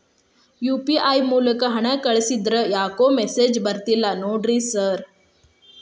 UPI ಮೂಲಕ ಹಣ ಕಳಿಸಿದ್ರ ಯಾಕೋ ಮೆಸೇಜ್ ಬರ್ತಿಲ್ಲ ನೋಡಿ ಸರ್?